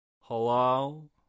Hello